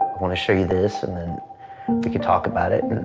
want to show you this and then we can talk about it.